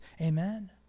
Amen